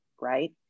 right